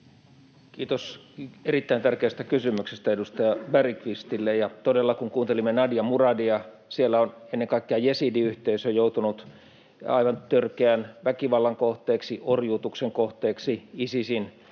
Kiitos erittäin tärkeästä kysymyksestä edustaja Bergqvistille. Todella, kun kuuntelimme Nadia Muradia, siellä on ennen kaikkea jesidiyhteisö joutunut aivan törkeän väkivallan kohteeksi, orjuutuksen kohteeksi, Isisin